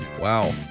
Wow